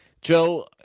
Joe